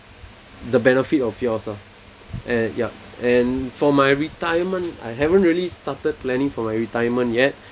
the benefit of yours ah and ya and for my retirement I haven't really started planning for my retirement yet